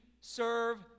serve